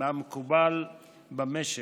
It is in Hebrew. מהמקובל במשק.